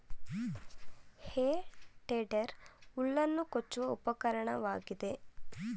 ಹೇ tedder ಹುಲ್ಲನ್ನು ಕೊಚ್ಚುವ ಉಪಕರಣವಾಗಿದೆ